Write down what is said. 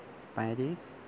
Paris